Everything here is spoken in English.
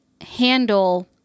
handle